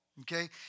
okay